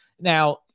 Now